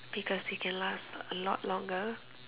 because it can last a lot longer